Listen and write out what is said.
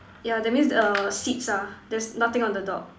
yeah that means err seat ah that's nothing on the dog